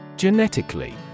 Genetically